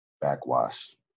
backwash